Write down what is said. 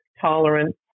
tolerance